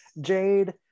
Jade